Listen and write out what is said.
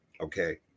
Okay